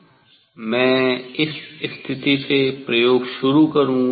मैं इस स्थिति से प्रयोग शुरू करूंगा